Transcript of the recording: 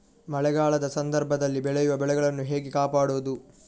ಮಳೆಗಾಲದ ಸಂದರ್ಭದಲ್ಲಿ ಬೆಳೆಯುವ ಬೆಳೆಗಳನ್ನು ಹೇಗೆ ಕಾಪಾಡೋದು?